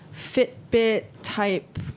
Fitbit-type